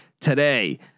today